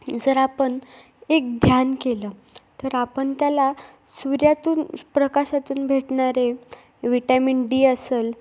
जर आपण एक ध्यान केलं तर आपण त्याला सूर्यातून प्रकाशातून भेटणारे विटॅमिन डी असेल